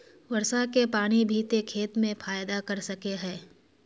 वर्षा के पानी भी ते खेत में फायदा कर सके है?